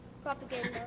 Propaganda